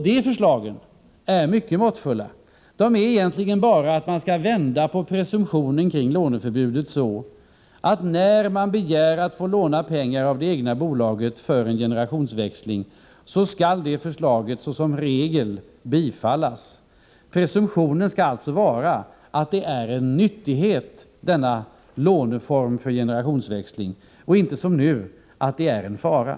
Dessa förslag är mycket måttfulla. Man skall egentligen bara vända på presumtionen kring låneförbudet så, att när man begär att få låna pengar av det egna bolaget vid en generationsväxling, skall förslaget som regel bifallas. Presumtionen skall alltså vara att denna låneform vid generationsväxling skall anses som en nyttighet och inte som nu betraktas som en fara.